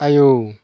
आयौ